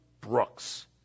brooks